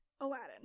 Aladdin